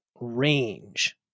range